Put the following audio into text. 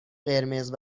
قرمز